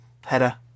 header